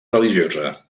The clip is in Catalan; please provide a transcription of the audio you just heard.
religiosa